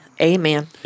amen